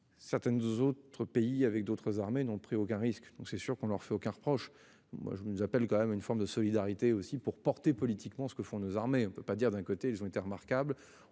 Certaines autres pays avec d'autres armées n'ont pris aucun risque, donc c'est sûr qu'on leur fait aucun reproche. Moi je ne nous appelle quand même une forme de solidarité aussi pour porter politiquement ce que font nos armées, on ne peut pas dire d'un côté ils ont été remarquables.